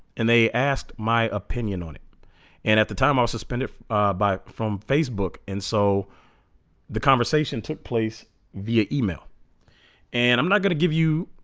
and they asked my opinion on it and at the time i was suspended by from facebook and so the conversation took place via email and i'm not gonna give you